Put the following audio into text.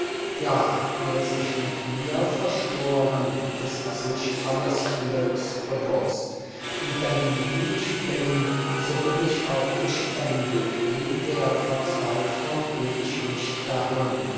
ja wer sich mit mir verschworen ist sich alles glücks bewußt denn wie ich bin so bin ich auch beständig nie der verzweiflung geb ich mich dahin